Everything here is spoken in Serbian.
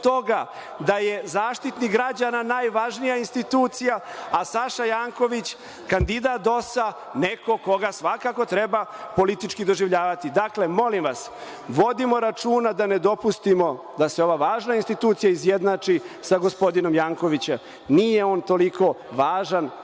da je Zaštitnik građana najvažnija institucija, a Saša Janković kandidat DOS-a, neko koga svakako treba politički doživljavati. Dakle, molim vas vodimo računa da ne dopustimo da se ova važna institucija izjednači sa gospodinom Jankovićem. Nije on toliko važan